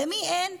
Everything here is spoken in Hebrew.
ולמי אין?